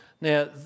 Now